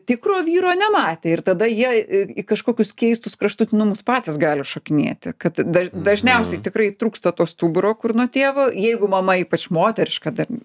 tikro vyro nematė ir tada jie į į kažkokius keistus kraštutinumus patys gali šokinėti kad daž dažniausiai tikrai trūksta to stuburo kur nuo tėvo jeigu mama ypač moteriška dar